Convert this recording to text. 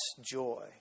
joy